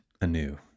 anew